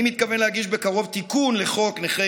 אני מתכוון להגיש בקרוב תיקון לחוק נכי